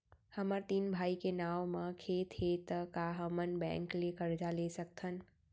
हमर तीन भाई के नाव म खेत हे त का हमन बैंक ले करजा ले सकथन?